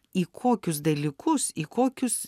į kokius dalykus į kokius